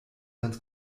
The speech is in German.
ganz